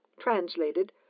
translated